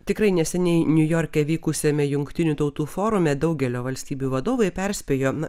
tikrai neseniai niujorke vykusiame jungtinių tautų forume daugelio valstybių vadovai perspėjo na